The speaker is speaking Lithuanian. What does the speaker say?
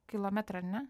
kilometrą ar ne